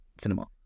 cinema